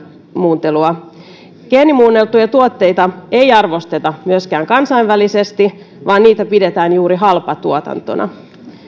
geenimuuntelua geenimuunneltuja tuotteita ei arvosteta myöskään kansainvälisesti vaan niitä pidetään juuri halpatuotantona